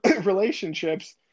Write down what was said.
relationships